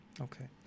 Okay